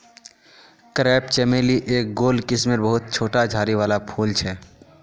crepe चमेली एक गोल किस्मेर बहुत छोटा झाड़ी वाला फूल छे